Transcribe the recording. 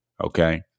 Okay